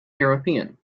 european